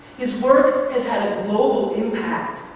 his work has had a global impact,